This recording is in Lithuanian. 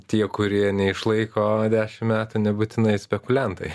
tie kurie neišlaiko dešimt metų nebūtinai spekuliantai